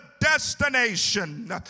destination